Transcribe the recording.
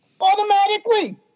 Automatically